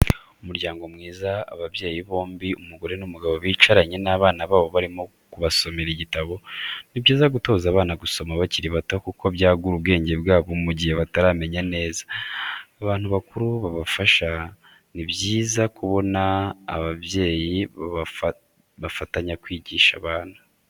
Umuryango mwiza, ababyeyi bombi umugore n'umugabo bicaranye n'abana babo barimo kubasomera igitabo, ni byiza gutoza abana gusoma bakiri bato kuko byagura ubwenge bwabo mu gihe batarabimenya neza, abantu bakuru babafasha, ni byiza kubona ababyeyi bafatanya kwigisha abana.